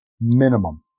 minimum